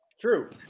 True